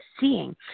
seeing